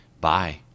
Bye